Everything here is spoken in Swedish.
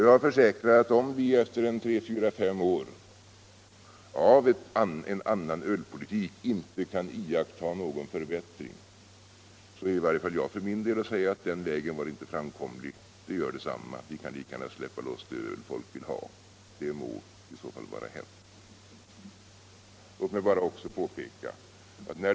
Jag försäkrar att om vi efter två, tre, fyra, fem år med en annan ölpolitik inte kan iaktta någon förbättring är i varje fall jag för min del beredd att säga: Den vägen var inte framkomlig. Det gör detsamma — vi kan lika gärna släppa loss det öl folk vill ha. Det må i så fall vara hänt.